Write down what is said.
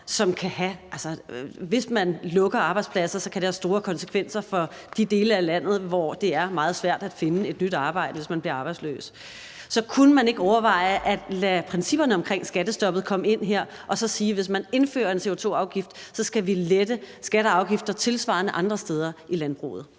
hvis man lukker arbejdspladser, kan det have store konsekvenser for de dele af landet, hvor det er meget svært at finde et nyt arbejde, hvis man bliver arbejdsløs. Så kunne man ikke overveje at lade principperne omkring skattestoppet komme ind her og så sige, at hvis man indfører en CO2-afgift, skal man lette skatter og afgifter tilsvarende andre steder i landbruget?